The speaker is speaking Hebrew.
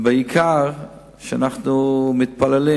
ובעיקר שאנחנו מתפללים